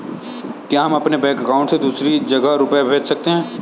क्या हम अपने बैंक अकाउंट से दूसरी जगह रुपये भेज सकते हैं?